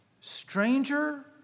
stranger